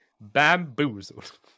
bamboozled